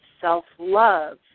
self-love